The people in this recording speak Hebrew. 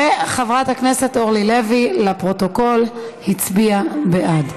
חברת הכנסת אורלי לוי, לפרוטוקול, הצביעה בעד.